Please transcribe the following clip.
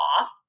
off